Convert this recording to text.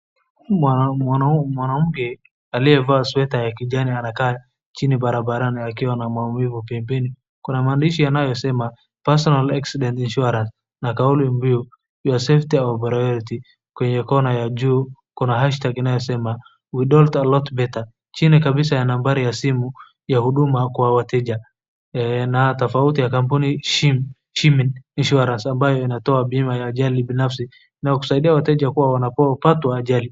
Mwanamke aliyevaa sweater ya kijani anakaa chini barabarani akiwa na mwaumivu pembeni. Kuna maandishi yanayosema personal accident insurance like all of you, your safety our priority kwenye kona ya juu kuna hashtag inayosema we don't tolerate better chini kabisa ya nambari ya simu, ya huduma kwa wateja na tofauti ya kampuni Chime Insurance ambayo inatoa bima ya ajali binafsi na kusaidia wateja kuwa wanapopatwa ajali.